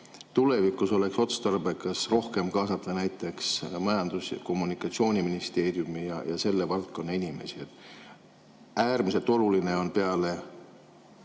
tulevikus oleks otstarbekas rohkem kaasata näiteks Majandus- ja Kommunikatsiooniministeeriumi ja selle valdkonna inimesi? Äärmiselt oluline on peale